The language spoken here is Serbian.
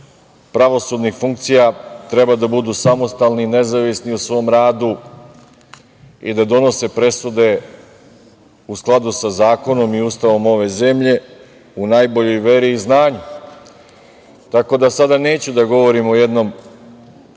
pravosudnih funkcija treba da budu samostalni i nezavisni u svom radu i da donose presude u skladu sa zakonom i Ustavom ove zemlje, u najboljoj meri i znanju. Tako da sada neću da govorim o jednom